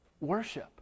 Worship